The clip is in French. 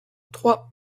trois